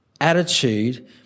attitude